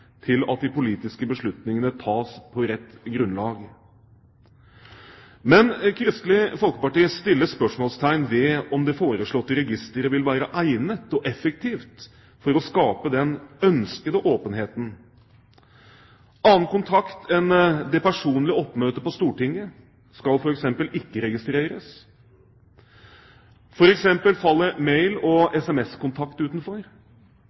til at de politiske beslutningene tas på rett grunnlag. Men Kristelig Folkeparti setter spørsmålstegn ved om det foreslåtte registeret vil være egnet og effektivt for å skape den ønskede åpenheten. Annen kontakt enn det personlige oppmøtet på Stortinget skal f.eks. ikke registreres. For eksempel faller mail- og sms-kontakt utenfor.